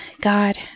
God